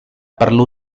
perlu